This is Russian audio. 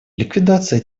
ликвидация